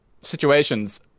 situations